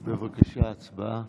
בבקשה, הצבעה.